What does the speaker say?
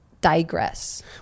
digress